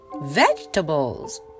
Vegetables